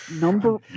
number